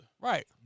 Right